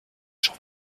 jean